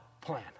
plan